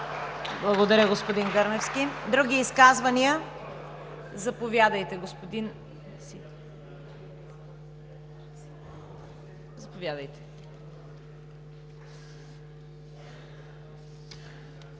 Благодаря, господин Гърневски. Други изказвания? Заповядайте, господин Сиди.